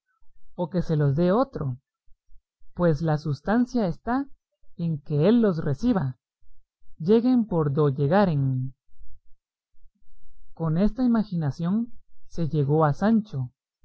o que se los dé otro pues la sustancia está en que él los reciba lleguen por do llegaren con esta imaginación se llegó a sancho